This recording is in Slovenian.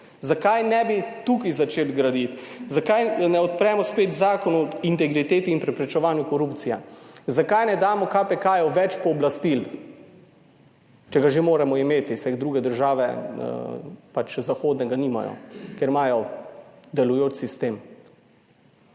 Zakaj ne bi tukaj začeli graditi? Zakaj ne odpremo spet Zakon o integriteti in preprečevanju korupcije? Zakaj ne damo KPK več pooblastil, če ga že moramo imeti, saj druge države zahodnega nimajo, ker imajo delujoč sistem.